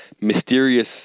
mysterious